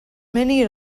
many